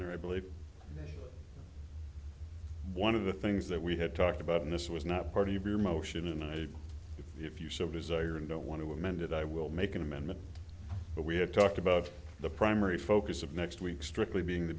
there i believe one of the things that we had talked about in this was not part of your motion and i if you so desire and don't want to amend it i will make an amendment but we have talked about the primary focus of next week strictly being the